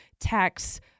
tax